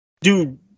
Dude